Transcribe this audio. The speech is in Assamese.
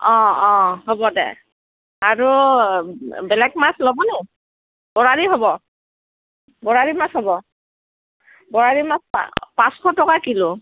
অঁ অঁ হ'ব দে আৰু বেলেগ মাছ ল'বনে বৰালি হ'ব বৰালি মাছ হ'ব বৰালি মাছ পা পাঁচশ টকা কিল'